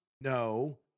no